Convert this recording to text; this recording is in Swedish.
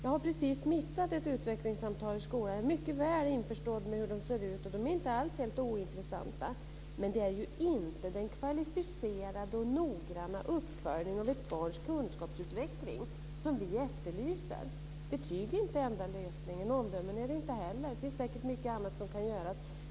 Jag har precis missat ett utvecklingssamtal i skolan, men jag är mycket väl införstådd med hur de ser ut. De är inte alls helt ointressanta, men de utgör inte den kvalificerade och noggranna uppföljning av ett barns kunskapsutveckling som vi efterlyser. Betyg är inte den enda lösningen, och omdömen är det inte heller. Det finns säkert mycket annat som kan göras.